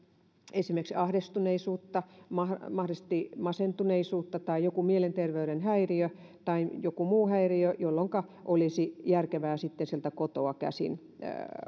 esimerkiksi ahdistuneisuutta mahdollisesti masentuneisuutta tai joku mielenterveyden häiriö tai joku muu häiriö jolloinka olisi järkevää sieltä kotoa käsin